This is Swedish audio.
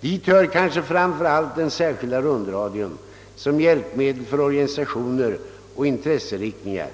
Dit hör kanske framför allt den särskilda rundradion såsom hjälpmedel för organisationer och intresseriktningar.